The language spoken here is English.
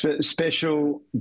Special